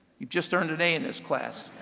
you've just earned an a in this class.